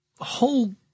whole